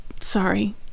Sorry